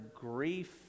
grief